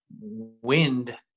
wind